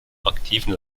aktiven